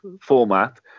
format